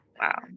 Wow